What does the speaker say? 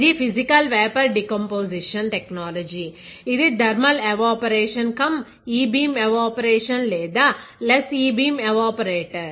ఇది physical vapour decomposition technology ఇది thermal evaporation cum e beam evaporation లేదా less e beam evaporator